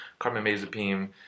carbamazepine